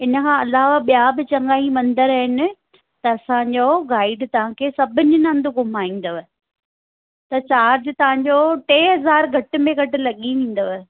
इन खां अलावा ॿिया बि चङा ई मंदिर आहिनि त असांजो गाइड तव्हांखे सभिनीनि हंधि घुमाईंदव त चार्ज तव्हांजो टे हज़ार घट में घटि लॻी वेंदव